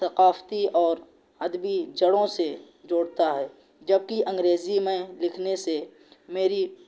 ثقافتی اور ادبی جڑوں سے جوڑتا ہے جبکہ انگریزی میں لکھنے سے میری